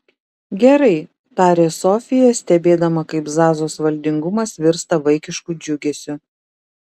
gerai tarė sofija stebėdama kaip zazos valdingumas virsta vaikišku džiugesiu